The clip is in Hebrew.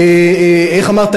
איך אמרת,